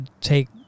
take